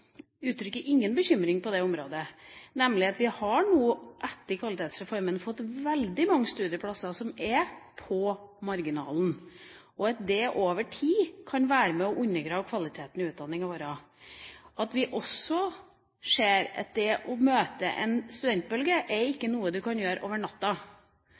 vi nå etter Kvalitetsreformen har fått veldig mange studieplasser som er på marginalen, og at det over tid kan være med på å undergrave kvaliteten i utdanningene våre. Vi ser også at det å møte en studentbølge ikke er noe du kan gjøre over